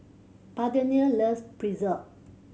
Parthenia loves Pretzel